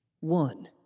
one